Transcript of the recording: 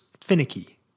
finicky